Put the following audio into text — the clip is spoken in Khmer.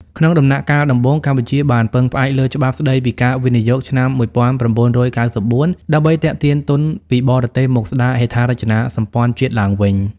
ក្នុងដំណាក់កាលដំបូង កម្ពុជាបានពឹងផ្អែកលើច្បាប់ស្ដីពីការវិនិយោគឆ្នាំ ១៩៩៤ ដើម្បីទាក់ទាញទុនពីបរទេសមកស្ដារហេដ្ឋារចនាសម្ព័ន្ធជាតិឡើងវិញ។